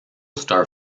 star